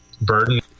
burden